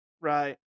Right